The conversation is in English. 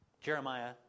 Jeremiah